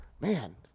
man